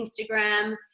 Instagram